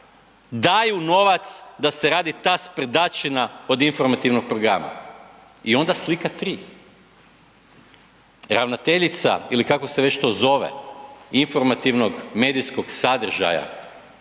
daju novac da se radi ta sprdačina od informativnog programa. I onda slika 3, ravnateljica ili kako se to već zove informativnog medijskog sadržaja,